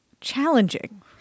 challenging